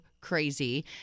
crazy